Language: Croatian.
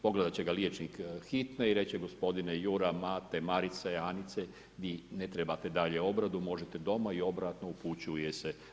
Pogledat ćete ga liječnik Hitne i reći će gospodin Jura, Mate, Marice, Anice, vi ne trebate dalje obradu, možete doma i obratno upućuje se.